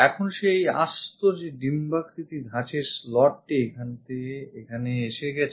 এখন সেই আস্ত ডিম্বাকৃতি ধাচের slot টি এখানে এসে গেছে